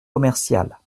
commerciales